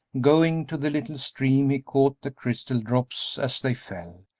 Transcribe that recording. going to the little stream he caught the crystal drops as they fell,